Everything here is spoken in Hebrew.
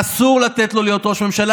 אסור לתת לו להיות ראש ממשלה.